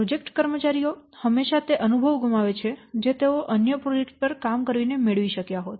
project કર્મચારીઓ હંમેશાં તે અનુભવ ગુમાવે છે જે તેઓ અન્ય પ્રોજેક્ટ્સ પર કામ કરીને મેળવી શક્યા હોત